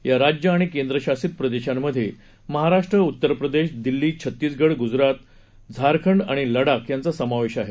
या राज्य आणि केंद्रशासित प्रदेशांमध्ये महाराष्ट्र उत्तर प्रदेश दिल्ली छत्तीसगड गुजरात झारखंड आणि लडाख यांचा समावेश आहे